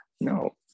no